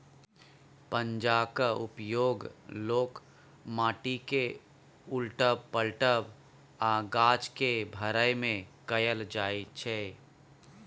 पंजाक उपयोग लोक माटि केँ उलटब, पलटब आ गाछ केँ भरय मे कयल जाइ छै